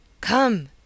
Come